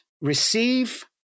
receive